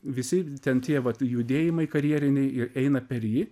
visi ten tie vat judėjimai karjeriniai jie eina per jį